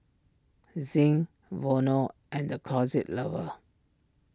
Zinc Vono and the Closet Lover